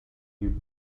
you